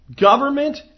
government